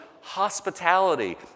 hospitality